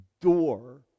door